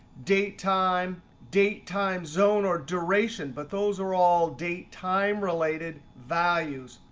date time, date time zone or duration, but those are all date time related values.